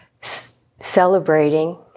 celebrating